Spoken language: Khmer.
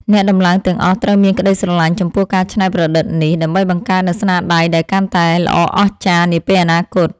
អ្នកដំឡើងទាំងអស់ត្រូវមានក្ដីស្រឡាញ់ចំពោះការច្នៃប្រឌិតនេះ ដើម្បីបង្កើតនូវស្នាដៃដែលកាន់តែល្អអស្ចារ្យនាពេលអនាគត។